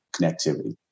connectivity